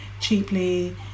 cheaply